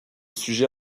sujet